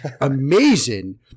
amazing